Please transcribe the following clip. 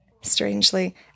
strangely